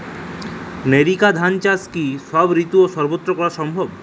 NERICA ধান চাষ কি সব ঋতু এবং সবত্র করা সম্ভব?